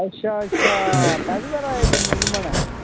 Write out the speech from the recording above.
अच्छा अच्छा पैह्ली बारी आये जम्मू घुम्मन